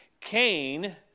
Cain